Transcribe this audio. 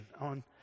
on